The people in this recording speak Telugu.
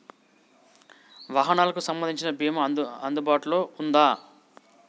వాహనాలకు సంబంధించిన బీమా అందుబాటులో ఉందా?